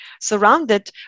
surrounded